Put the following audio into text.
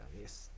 Yes